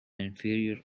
inferior